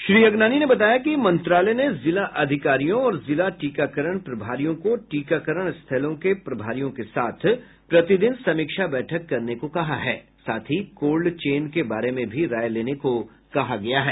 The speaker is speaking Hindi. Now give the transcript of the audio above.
श्री अगनानी ने बताया कि मंत्रालय ने जिला अधिकारियों और जिला टीकाकरण प्रभारियों को टीकाकरण स्थलों के प्रभारियों के साथ प्रतिदिन समीक्षा बैठक करने को कहा है साथ ही कोल्ड चेन के बारे में भी राय लेने को कहा गया है